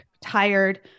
tired